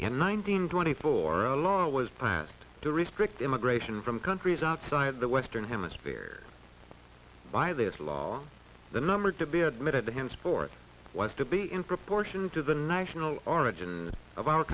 in nineteen twenty four a law was passed to restrict immigration from countries outside the western hemisphere by this law the number to be admitted to him sport was to be in proportion to the national origin of our